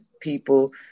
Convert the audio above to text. people